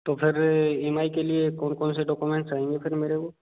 तो फिर email के लिए कौन कौन से डॉक्यूमेंट्स आएँगे फिर मेरे को